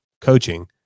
coaching